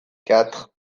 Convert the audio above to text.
quatre